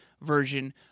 version